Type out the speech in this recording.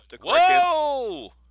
Whoa